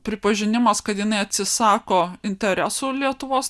pripažinimas kad jinai atsisako interesų lietuvos